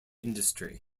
industry